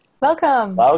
welcome